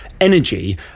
energy